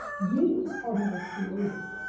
you are more creative.